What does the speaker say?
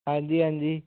ਹਾਂਜੀ ਹਾਂਜੀ